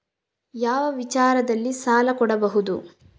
ಯಾವ ವಿಚಾರದಲ್ಲಿ ಸಾಲ ಕೊಡಬಹುದು?